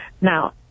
now